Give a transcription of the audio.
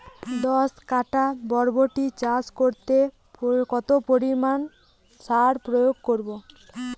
দশ কাঠা বরবটি চাষে কত পরিমাণ সার প্রয়োগ করব?